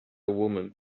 woman